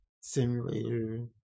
simulator